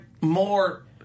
more